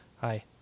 Hi